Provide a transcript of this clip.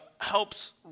helps